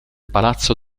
palazzo